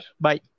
Bye